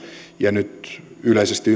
ja nyt yleisesti